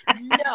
No